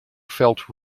felt